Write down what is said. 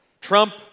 Trump